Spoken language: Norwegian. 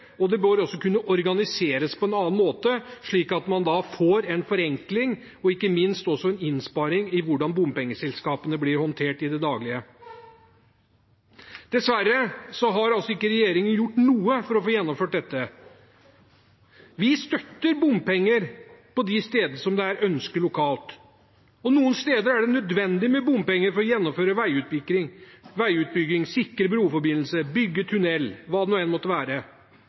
prosjekter. Det bør også kunne organiseres på en annen måte, slik at man får en forenkling, og ikke minst også en innsparing med tanke på hvordan bompengeselskapene blir håndtert i det daglige. Dessverre har ikke regjeringen gjort noe for å få gjennomført dette. Vi støtter bompenger de stedene hvor det lokalt er ønske om det. Noen steder er det nødvendig med bompenger for å gjennomføre veiutbygging, sikre broforbindelser, bygge tunnel – hva det nå enn måtte være.